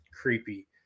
creepy